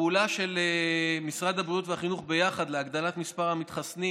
הפעולה של משרד הבריאות ומשרד החינוך ביחד להגדלת מספר המתחסנים,